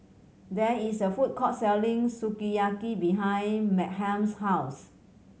there is a food court selling Sukiyaki behind Meghann's house